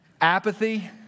Apathy